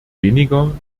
weniger